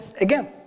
again